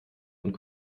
und